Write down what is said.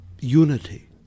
unity